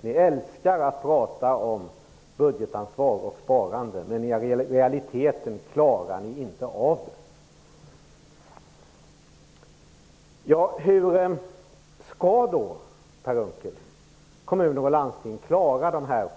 Ni älskar att prata om budgetansvar och sparande, men i realiteten klarar ni inte av det. Hur skall då kommuner och landsting klara